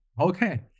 okay